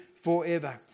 forever